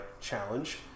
challenge